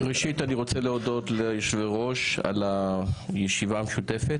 ראשית אני רוצה להודות ליושבי-הראש על הישיבה המשותפת.